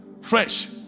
fresh